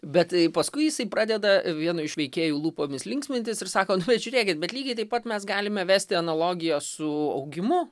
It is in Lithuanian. bet paskui jisai pradeda vieno iš veikėjų lūpomis linksmintis ir sako nu bet žiūrėkit bet lygiai taip pat mes galime vesti analogiją su augimu